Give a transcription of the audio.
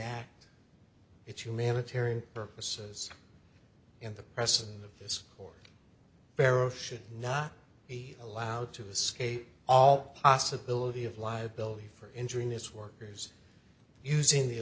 act it humanitarian purposes and the president of this pork barrel should not be allowed to escape all possibility of liability for injuring his workers using the